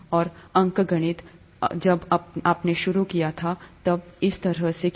और अंकगणित जब आपने शुरू किया था तब था इस तरह से किया